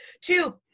Two